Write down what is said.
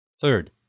Third